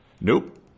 nope